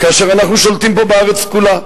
כאשר אנחנו שולטים פה בארץ כולה.